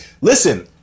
Listen